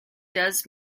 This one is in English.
does